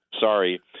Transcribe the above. Sorry